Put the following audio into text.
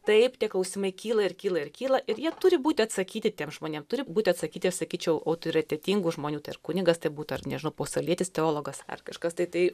taip tie klausimai kyla ir kyla ir kyla ir jie turi būti atsakyti tiems žmonėms turi būti atsakyti sakyčiau autoritetingų žmonių tai ar kunigas tai būtų ar nežinau pasaulietis teologas ar kažkas tai tai